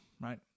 right